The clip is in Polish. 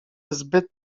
zbyt